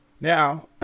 now